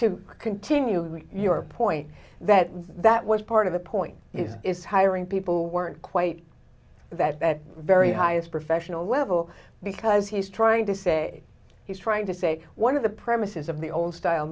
to continue your point that that was part of the point is is hiring people weren't quite that very highest professional level because he's trying to say he's trying to say one of the premises of the old style